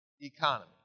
economy